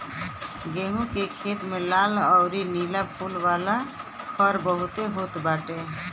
गेंहू के खेत में लाल अउरी नीला फूल वाला खर बहुते होत बाटे